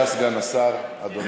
אז תתכבד ותגיד ליושב-ראש, אני